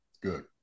good